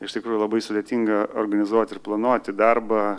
iš tikrųjų labai sudėtinga organizuoti ir planuoti darbą